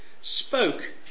spoke